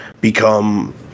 become